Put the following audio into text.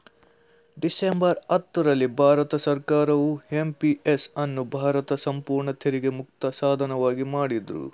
December ಹತ್ತು ರಲ್ಲಿ ಭಾರತ ಸರ್ಕಾರವು ಎಂ.ಪಿ.ಎಸ್ ಅನ್ನು ಭಾರತದ ಸಂಪೂರ್ಣ ತೆರಿಗೆ ಮುಕ್ತ ಸಾಧನವಾಗಿ ಮಾಡಿದ್ರು